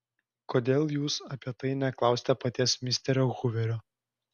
kodėl jūs apie tai neklausiate paties misterio huverio